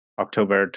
october